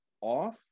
off